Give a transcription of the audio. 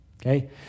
Okay